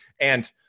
And-